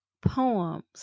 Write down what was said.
poems